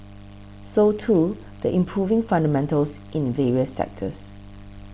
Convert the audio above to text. so too the improving fundamentals in various sectors